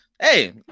hey